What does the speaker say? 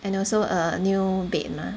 and also a new bed mah